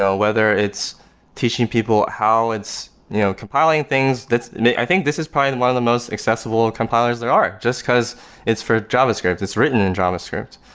whether it's teaching people how it's you know compiling things, that's i think this is probably one of the most accessible compilers there are, just because it's for javascript, it's written in javascript.